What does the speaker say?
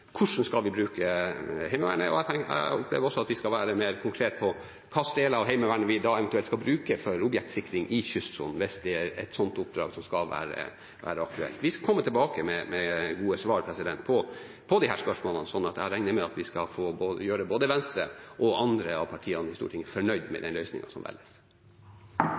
vi skal bruke Heimevernet. Jeg opplever også at vi skal være mer konkrete på hvilke deler av Heimevernet vi da eventuelt skal bruke for objektsikring i kystsonen – hvis det er et slikt oppdrag som skal være aktuelt. Vi skal komme tilbake med gode svar på disse spørsmålene, så jeg regner med at vi skal gjøre både Venstre og andre partier på Stortinget fornøyd med den løsningen som velges.